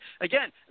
again